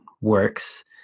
works